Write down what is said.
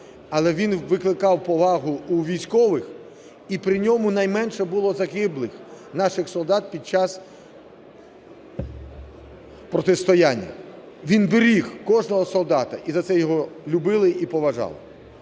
але він викликав повагу у військових, і при ньому найменше було загиблих наших солдат під час протистояння, він беріг кожного солдата. І за це його любили і поважали.